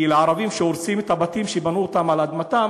כי אצל ערבים שהורסים להם את הבתים שהם בנו על אדמתם,